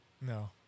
No